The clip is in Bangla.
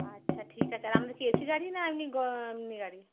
আচ্ছা ঠিক আছে আর আপনাদের কী এসি গাড়ি না এমনি এমনি গাড়ি